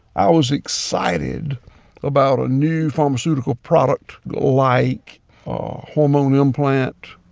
i was excited about a new pharmaceutical product like a hormone implant.